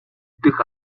дэх